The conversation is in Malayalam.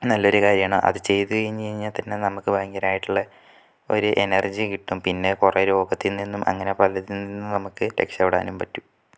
നല്ലൊരു കാര്യമാണ് അത് ചെയ്തു കഴിഞ്ഞാൽ തന്നെ നമുക്ക് ഭയങ്കരമായിട്ടുള്ള ഒരു എനർജി കിട്ടും പിന്നെ കുറെ രോഗത്തിൽ നിന്നും അങ്ങനെ പലതിൽ നിന്നും നമുക്ക് രക്ഷപ്പെടാനും പറ്റും